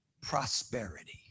Prosperity